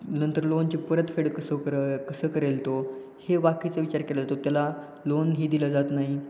नंतर लोनची परत फेड कसं कर कसं करेल तो हे बाकीचा विचार केला जातो त्याला लोनही दिला जात नाही